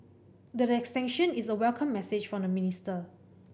the extension is a welcome message from the minister